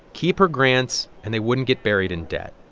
keep her grants, and they wouldn't get buried in debt.